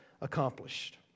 accomplished